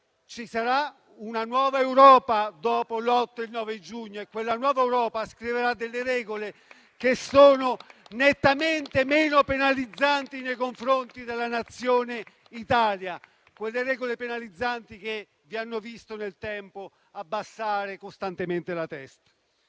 ci sarà una nuova Europa dopo l'8 e il 9 giugno e quella nuova Europa scriverà delle regole che sono nettamente meno penalizzanti nei confronti della Nazione Italia; quelle regole penalizzanti che vi hanno visto nel tempo abbassare costantemente la testa.